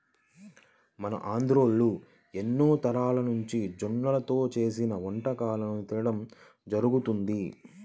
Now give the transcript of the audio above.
మన ఆంధ్రోల్లు ఎన్నో తరాలనుంచి జొన్నల్తో చేసిన వంటకాలను తినడం జరుగతంది